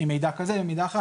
ממידע כזה או ממידע אחר,